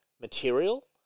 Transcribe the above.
material